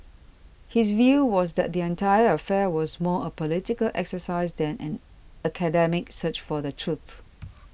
his view was that the entire affair was more a political exercise than an academic search for the truth